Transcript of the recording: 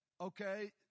okay